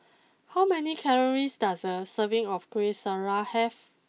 how many calories does a serving of Kueh Syara have